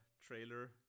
trailer